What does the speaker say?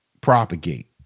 propagate